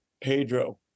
Pedro